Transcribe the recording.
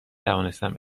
توانستم